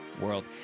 world